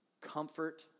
comfort